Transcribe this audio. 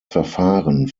verfahren